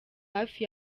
hafi